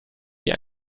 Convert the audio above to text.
wie